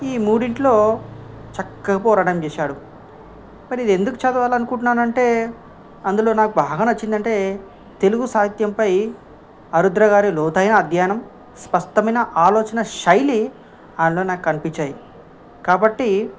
ఈ మూడింటిలో చక్కగా పోరాడం చేశాడు మరి ఇది ఎందుకు చదవాలి అనుకుంటున్నాను అంటే అందులో నాకు బాగా నచ్చింది అంటే తెలుగు సాహిత్యంపై ఆరుద్ర గారి లోతైన అధ్యనం స్పష్టమైన ఆలోచన శైలి ఆందులో నాకు కనిపించాయి కాబట్టి